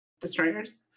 destroyers